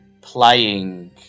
playing